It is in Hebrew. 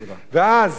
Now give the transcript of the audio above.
ואז,